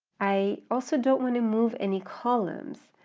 i also don't want to move any columns,